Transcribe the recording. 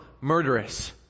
murderous